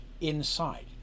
inside